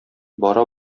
бара